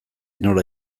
nola